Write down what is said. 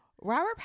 Robert